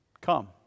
Come